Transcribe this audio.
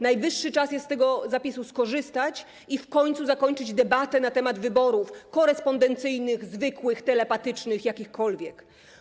Najwyższy czas z tego zapisu skorzystać i zakończyć debatę na temat wyborów korespondencyjnych, zwykłych, telepatycznych, jakichkolwiek.